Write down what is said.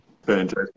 Fantastic